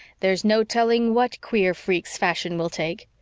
there's no telling what queer freaks fashion will take.